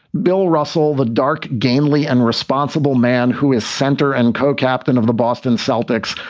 bill russell, the dark gainsley and responsible man who is center and co-captain of the boston celtics,